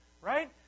right